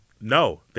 No